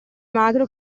magro